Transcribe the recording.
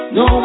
no